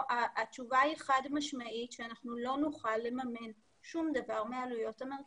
התשובה היא חד משמעית שאנחנו לא נוכל לממן שום דבר מעלויות המרכז.